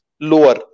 lower